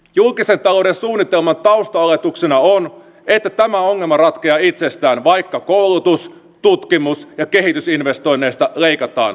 julkisen talouden suunnitelman taustaoletuksena on että tämä ongelma ratkeaa itsestään vaikka koulutus tutkimus ja kehitysinvestoinneista leikataan